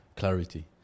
clarity